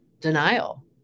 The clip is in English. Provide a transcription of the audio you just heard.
denial